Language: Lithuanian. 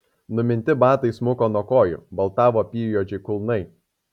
numinti batai smuko nuo kojų baltavo apyjuodžiai kulnai